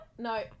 No